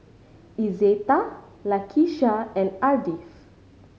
Izetta Lakesha and Ardith